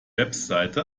website